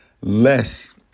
less